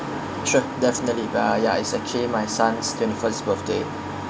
sure definitely ah ya it's actually my son's twenty first birthday